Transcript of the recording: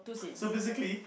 so basically